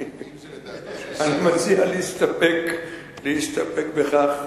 אני מציע להסתפק בכך.